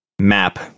map